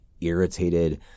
irritated